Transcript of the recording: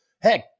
heck